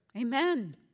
amen